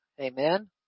amen